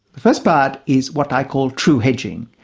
the first part is what i call true hedging.